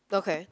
okay